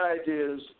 ideas